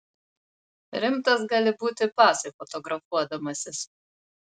rimtas gali būti pasui fotografuodamasis